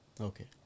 Okay